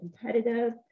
competitive